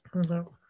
hello